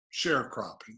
sharecropping